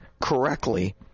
correctly